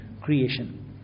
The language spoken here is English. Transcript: creation